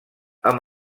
amb